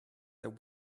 there